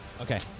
Okay